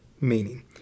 meaning